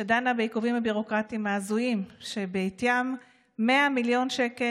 שדנה בעיכובים הביורוקרטיים ההזויים שבעטיים 100 מיליון שקל